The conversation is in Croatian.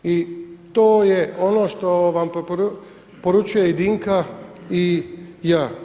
I to je ono što vam poručuje i Dinka i ja.